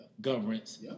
Governance